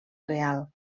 real